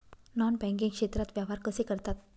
Non banking क्षेत्रात व्यवहार कसे करतात?